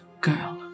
girl